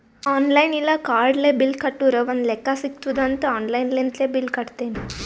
online ಇಲ್ಲ ಕಾರ್ಡ್ಲೆ bill ಕಟ್ಟುರ್ ಒಂದ್ ಲೆಕ್ಕಾ ಸಿಗತ್ತುದ್ ಅಂತ್ ಆನ್ಲೈನ್ ಲಿಂತೆ ಬಿಲ್ ಕಟ್ಟತ್ತಿನಿ